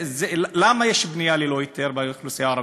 למה יש בנייה ללא היתר באוכלוסייה הערבית?